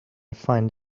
find